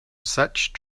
such